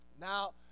Now